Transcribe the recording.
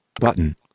button